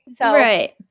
Right